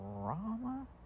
drama